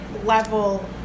level